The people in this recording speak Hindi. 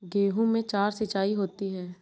गेहूं में चार सिचाई होती हैं